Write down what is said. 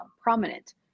prominent